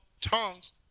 tongues